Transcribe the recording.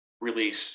release